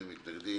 מי נגד?